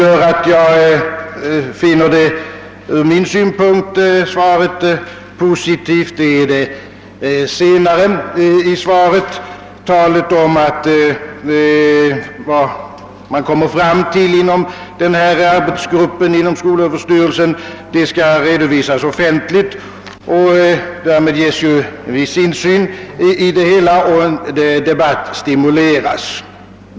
Vad jag finner positivt är den senare delen av svaret, där statsrådet talar om att de slutsatser som dras av arbetsgruppen inom skolöverstyrelsen skall redovisas offentligt. Därmed ges ju viss insyn i det hela och debatt stimuleras.